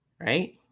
right